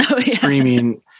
screaming